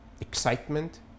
excitement